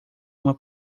uma